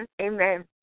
amen